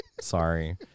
Sorry